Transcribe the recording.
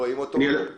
לך שזה דיון פתוח.